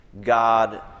God